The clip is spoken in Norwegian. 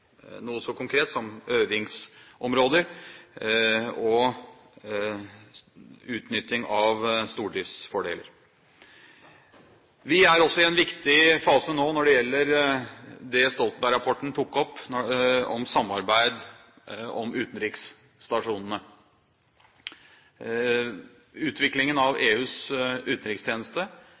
noe så konkret som øvingsområder og utnytting av stordriftsfordeler. Vi er også i en viktig fase nå når det gjelder det Stoltenberg-rapporten tok opp om samarbeid om utenriksstasjonene. Utviklingen av EUs utenrikstjeneste